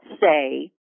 say